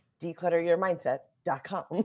declutteryourmindset.com